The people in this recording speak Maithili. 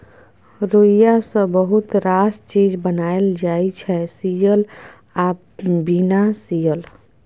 रुइया सँ बहुत रास चीज बनाएल जाइ छै सियल आ बिना सीयल